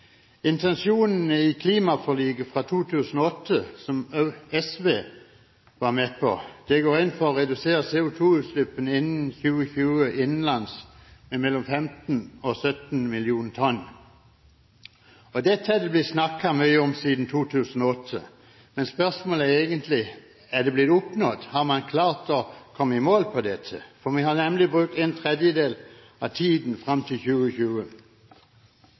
Intensjonen i klimaforliket fra 2008, som også SV var med på, var å redusere CO2-utslippene innen 2020 innenlands med mellom 15 og 17 millioner tonn. Dette er det blitt snakket mye om siden 2008, men spørsmålet er egentlig: Er det oppnådd – har man klart å komme i mål med dette? Vi har nemlig brukt en tredel av tiden fram til 2020.